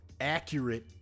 accurate